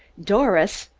doris!